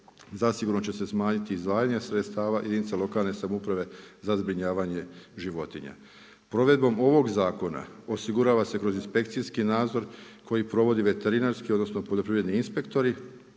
zasigurno će se smanjiti izdavanje sredstava jedinica lokalne samouprave za zbrinjavanje životinja. Provedba ovog zakona, osigurava se kroz inspekcijski nadzor, koji provodi veterinarski, odnosno, poljoprivredni inspektori,